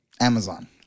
Amazon